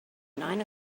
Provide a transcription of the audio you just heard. nine